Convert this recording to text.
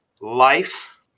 life